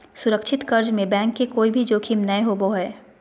सुरक्षित कर्ज में बैंक के कोय भी जोखिम नय होबो हय